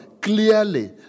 clearly